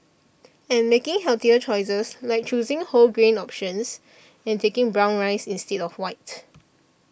and making healthier choices like choosing whole grain options and taking brown rice instead of white